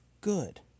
good